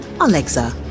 Alexa